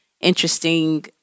interesting